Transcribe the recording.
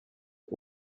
but